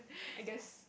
I guess